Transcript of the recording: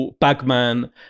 Bagman